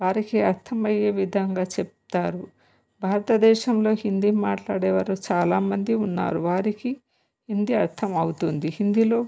వారికి అర్థమయ్యే విధంగా చెప్తారు భారతదేశంలో హిందీ మాట్లాడేవారు చాలామంది ఉన్నారు వారికి హిందీ అర్థం అవుతుంది హిందీలో